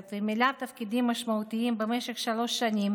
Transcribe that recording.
ומילא תפקידים משמעותיים במשך שלוש שנים